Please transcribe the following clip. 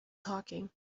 talking